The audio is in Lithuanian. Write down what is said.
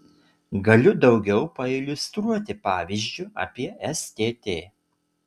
galiu daugiau pailiustruoti pavyzdžiu apie stt